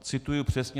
Cituji přesně.